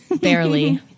Barely